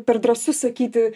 per drąsu sakyti